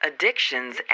Addictions